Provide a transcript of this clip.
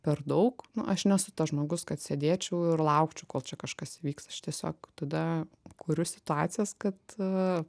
per daug aš nesu tas žmogus kad sėdėčiau ir laukčiau kol čia kažkas įvyks aš tiesiog tada kuriu situacijas kad